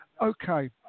Okay